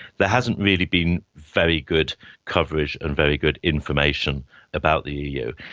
there hasn't really been very good coverage and very good information about the eu.